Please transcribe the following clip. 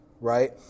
right